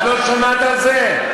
את לא שמעת על זה?